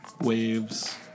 waves